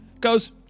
goes